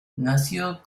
nació